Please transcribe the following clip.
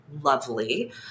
lovely